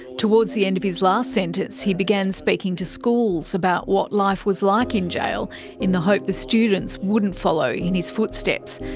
towards the end of his last sentence, he began speaking to schools about what life was like in jail in the hope the students wouldn't follow in his footsteps.